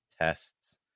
tests